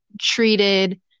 treated